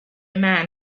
man